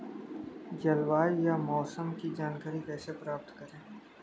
जलवायु या मौसम की जानकारी कैसे प्राप्त करें?